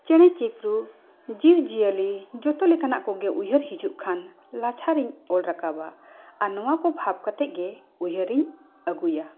ᱪᱮᱬᱮ ᱪᱤᱯᱨᱩ ᱡᱤᱵᱽ ᱡᱤᱭᱟᱹᱞᱤ ᱡᱷᱚᱛᱚ ᱞᱮᱠᱟᱱᱟᱜ ᱠᱚᱜᱮ ᱩᱭᱦᱟᱹᱨ ᱦᱤᱡᱩᱜ ᱠᱷᱟᱱ ᱞᱟᱪᱷᱟᱨᱤᱧ ᱚᱞ ᱨᱟᱠᱟᱵᱟ ᱟᱨ ᱱᱚᱣᱟ ᱠᱚ ᱵᱷᱟᱵᱽ ᱠᱟᱛᱮᱫ ᱜᱮ ᱩᱭᱦᱟᱹᱨᱤᱧ ᱟᱹᱜᱩᱭᱟ